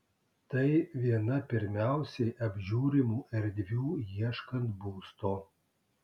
tai viena pirmiausiai apžiūrimų erdvių ieškant būsto